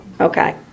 Okay